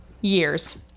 years